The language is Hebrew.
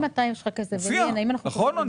נכון?